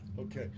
Okay